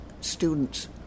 students